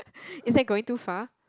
is that going too far